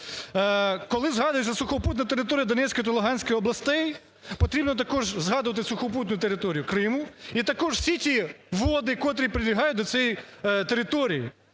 Коли згадується сухопутна територія Донецької та Луганської областей, потрібно також згадувати сухопутну територію Криму і також всі ті води, котрі прилягають до цієї території,